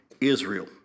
Israel